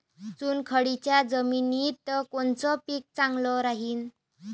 चुनखडीच्या जमिनीत कोनचं पीक चांगलं राहीन?